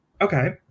Okay